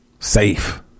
Safe